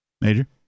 Major